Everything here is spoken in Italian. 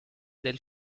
del